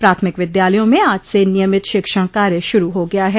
प्राथमिक विद्यालयों में आज से नियमित शिक्षण कार्य शुरू हो गया है